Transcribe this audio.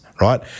right